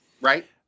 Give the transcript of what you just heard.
right